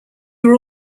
were